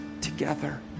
together